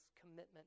commitment